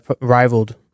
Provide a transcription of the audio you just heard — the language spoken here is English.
rivaled